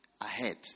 ahead